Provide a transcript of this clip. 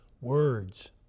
words